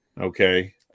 okay